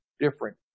different